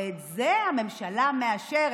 את זה הממשלה מאשרת.